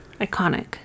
Iconic